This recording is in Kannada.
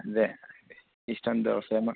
ಅದೆ ಇಷ್ಟೊಂದು ಫೇಮ